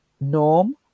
norm